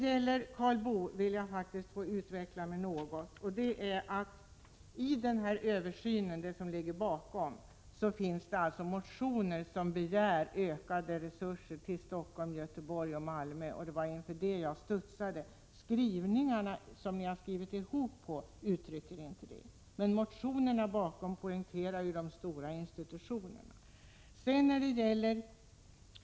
Till Karl Boo vill jag säga att det bakom förslaget till översyn ligger motioner där det begärs ökade resurser till Stockholm, Göteborg och Malmö. Det var inför detta jag studsade. Det som ni skrivit ihop er om uttrycker inte detta, men motionerna bakom poängterar de stora institutionerna.